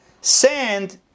Sand